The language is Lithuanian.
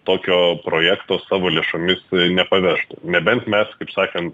tokio projekto savo lėšomis nepavežtų nebent mes kaip sakant